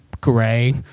gray